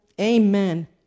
Amen